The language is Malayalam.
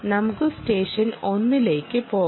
നമുക്ക് സ്റ്റേഷൻ 1 ലേക്ക് പോകാം